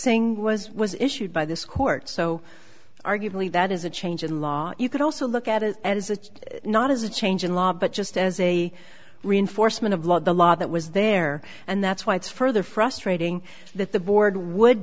saying was was issued by this court so arguably that is a change in law you could also look at it as it's not as a change in law but just as a reinforcement of law the law that was there and that's why it's further frustrating that the board would